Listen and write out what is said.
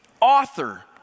author